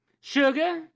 Sugar